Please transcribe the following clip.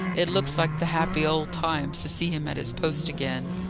it looks like the happy old times, to see him at his post again.